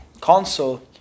console